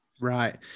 Right